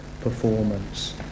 performance